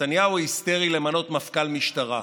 נתניהו היסטרי למנות מפכ"ל משטרה.